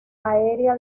área